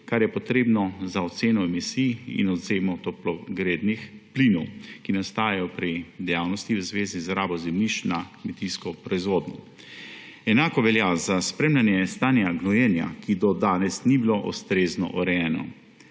kar je potrebno za oceno emisij in oceno toplogrednih plinov, ki nastajajo pri dejavnosti v zvezi z izrabo zemljišč za kmetijsko proizvodnjo. Enako velja za spremljanje stanja gnojenja, ki do danes ni bilo ustrezno urejeno,